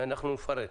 ואנחנו נפרט.